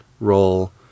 role